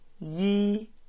ye